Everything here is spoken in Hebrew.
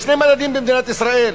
יש שני מדדים במדינת ישראל,